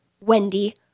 Wendy